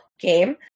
game